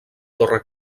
torre